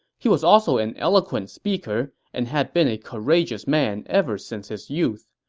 he was also an eloquent speaker and had been a courageous man ever since his youth.